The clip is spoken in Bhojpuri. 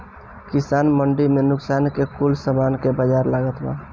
किसान मंडी में किसान कुल के सामान के बाजार लागता बा